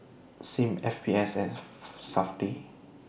SIM S P F and Safti